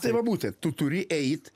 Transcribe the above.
tai va būtent tu turi eit